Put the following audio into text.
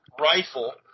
rifle